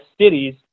cities